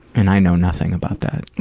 and i know nothing about that.